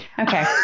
okay